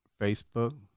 Facebook